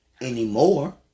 anymore